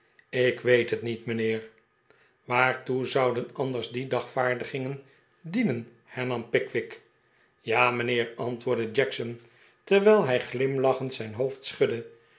ik weet het niet mijnheer waartoe zouden anders die dagvaardingen dienen hernam pickwick ja mijnheer antwoordde jackson terwijl hij glimlachend zijn hoofd schudde